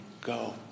go